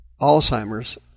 Alzheimer's